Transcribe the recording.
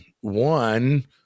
one